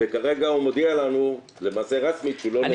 וכרגע הוא מודיע לנו למעשה רשמית שהוא לא --- אני